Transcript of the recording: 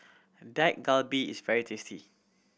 Dak Galbi is very tasty